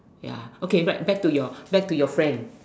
ya okay back back to your back to your friends